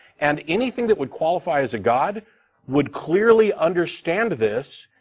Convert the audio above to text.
and anything that would qualify as a god would clearly understand this.